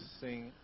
sing